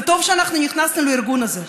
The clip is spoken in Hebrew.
וטוב שנכנסו לארגון הזה,